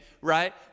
right